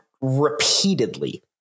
repeatedly